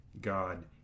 god